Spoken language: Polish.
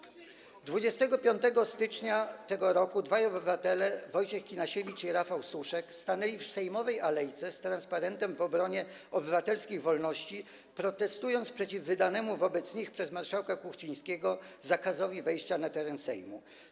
25 stycznia tego roku dwaj obywatele, Wojciech Kinasiewicz i Rafał Suszek, stanęli w sejmowej alejce z transparentem w obronie obywatelskich wolności, protestując przeciw wydanemu wobec nich przez marszałka Kuchcińskiego zakazowi wejścia na teren Sejmu.